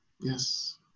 Yes